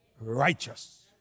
righteous